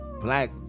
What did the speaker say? black